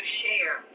share